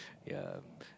ya